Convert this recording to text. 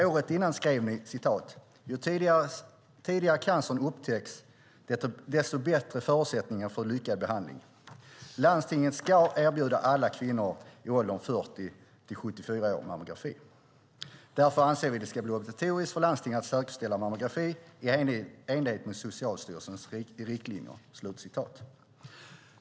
Året innan skrev ni: Ju tidigare cancern upptäckts, desto bättre förutsättningar för en lyckad behandling. Landstingen ska erbjuda alla kvinnor i åldern 40-74 år mammografi. Därför anser vi att det ska vara obligatoriskt för landstingen att säkerställa mammografi i enlighet med Socialstyrelsens riktlinjer.